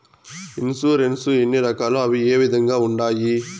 insurance ఎన్ని రకాలు అవి ఏ విధంగా ఉండాయి